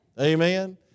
Amen